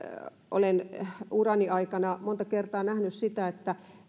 olen urani aikana monta kertaa nähnyt sitä